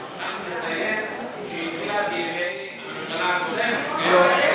רק לציין שהיא התחילה בימי הממשלה הקודמת, לא.